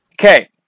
Okay